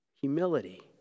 humility